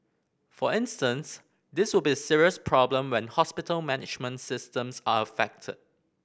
for instance this will be a serious problem when hospital management systems are affected